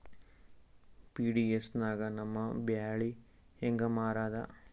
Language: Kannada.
ಪಿ.ಡಿ.ಎಸ್ ನಾಗ ನಮ್ಮ ಬ್ಯಾಳಿ ಹೆಂಗ ಮಾರದ?